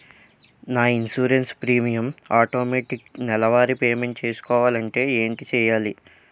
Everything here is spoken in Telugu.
నా ఇన్సురెన్స్ ప్రీమియం ఆటోమేటిక్ నెలవారి పే మెంట్ చేసుకోవాలంటే ఏంటి చేయాలి?